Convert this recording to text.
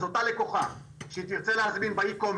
אז אותה לקוחה שתרצה להזמין ב-ecommerce